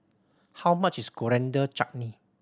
how much is Coriander Chutney